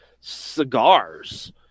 cigars